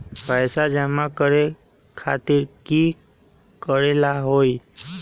पैसा जमा करे खातीर की करेला होई?